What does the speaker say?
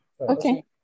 Okay